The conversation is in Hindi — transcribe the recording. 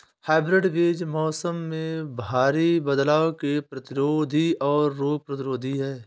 हाइब्रिड बीज मौसम में भारी बदलाव के प्रतिरोधी और रोग प्रतिरोधी हैं